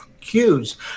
cues